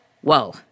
whoa